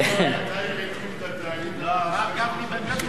אבל הרב גפני באמת הוא לא מאמין בהעלאת המע"מ,